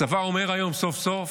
הצבא אומר היום סוף-סוף: